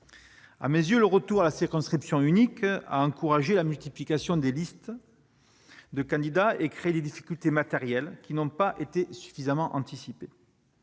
À mes yeux, le retour à la circonscription unique a encouragé la multiplication des listes de candidats et créé des difficultés matérielles, qui n'ont pas été suffisamment anticipées.